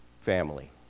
family